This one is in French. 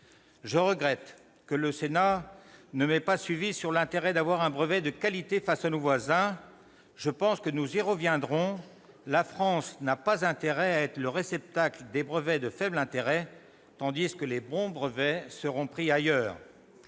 Je regrette que le Sénat ne m'ait pas suivi sur l'intérêt d'avoir un brevet de qualité face à nos voisins. Je pense que nous y reviendrons. La France n'a pas intérêt à être le réceptacle des brevets de faible intérêt, tandis que les bons brevets seraient pris ailleurs.